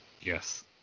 Yes